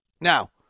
now